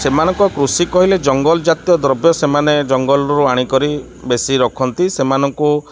ସେମାନଙ୍କ କୃଷି କହିଲେ ଜଙ୍ଗଲ ଜାତୀୟ ଦ୍ରବ୍ୟ ସେମାନେ ଜଙ୍ଗଲରୁ ଆଣି କରି ବେଶୀ ରଖନ୍ତି ସେମାନଙ୍କୁ